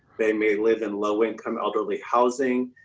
they may live in low income, elderly housing.